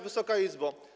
Wysoka Izbo!